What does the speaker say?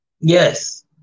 Yes